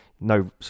No